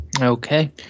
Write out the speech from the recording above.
Okay